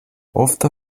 ofta